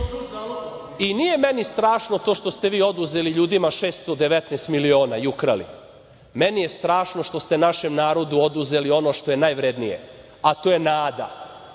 ne. Nije meni strašno to što ste vi oduzeli ljudima 619 miliona i ukrali, meni je strašno što ste našem narodu oduzeli ono što je najvrednije, a to je nada.